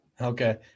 Okay